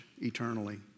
eternally